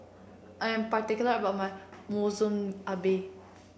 I am particular about my Monsunabe